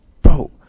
Bro